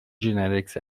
genetics